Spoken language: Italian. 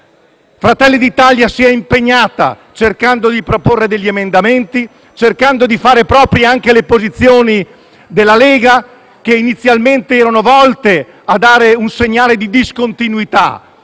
Fratelli d'Italia si è impegnata cercando di proporre degli emendamenti e cercando di fare proprie anche le posizioni della Lega, che inizialmente erano volte a dare un segnale di discontinuità;